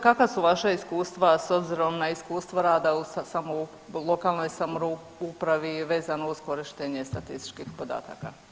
Kakva su vaša iskustva s obzirom na iskustvo rada u lokalnoj samoupravi vezano uz korištenje statističkih podataka?